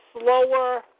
slower